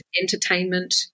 entertainment